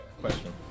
question